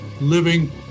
living